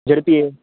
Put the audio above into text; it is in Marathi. झेड पी आहे